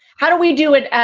how do we do it?